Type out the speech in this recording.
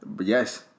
yes